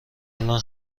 الان